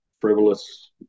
frivolous